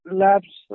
labs